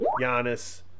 Giannis